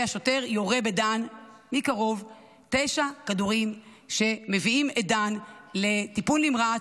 והשוטר יורה בדן מקרוב תשעה כדורים שמביאים את דן לטיפול נמרץ,